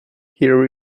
here